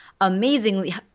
amazingly –